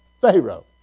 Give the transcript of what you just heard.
Pharaoh